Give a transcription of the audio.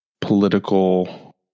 political